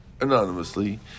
anonymously